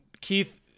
Keith